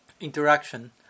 interaction